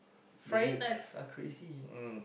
Friday nights are crazy